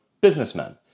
businessmen